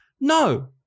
No